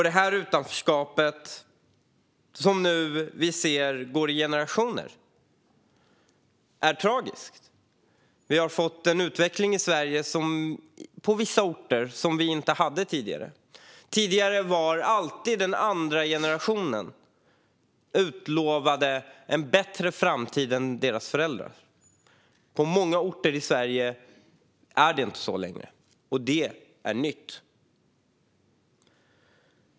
Detta utanförskap, som vi nu ser går i generationer, är tragiskt. Vi har på vissa orter i Sverige fått en utveckling som vi inte hade tidigare. Tidigare var den andra generationen alltid utlovad en bättre framtid än föräldrarna. På många orter i Sverige är det inte så längre, och det är nytt.